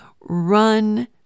run